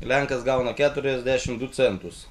lenkas gauna keturiasdešimt du centus